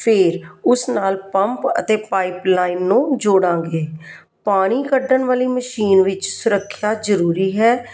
ਫਿਰ ਉਸ ਨਾਲ ਪੰਪ ਅਤੇ ਪਾਈਪਲਾਈਨ ਨੂੰ ਜੋੜਾਂਗੇ ਪਾਣੀ ਕੱਢਣ ਵਾਲੀ ਮਸ਼ੀਨ ਵਿੱਚ ਸੁਰੱਖਿਆ ਜ਼ਰੂਰੀ ਹੈ